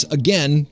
again